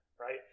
Right